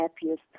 happiest